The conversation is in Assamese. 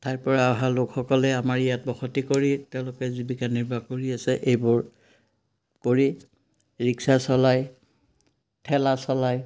এঠাইৰপৰা অহা লোকসকলে আমাৰ ইয়াত বসতি কৰি তেওঁলোকে জীৱিকা নিৰ্বাহ কৰি আছে এইবোৰ কৰি ৰিক্সা চলাই ঠেলা চলায়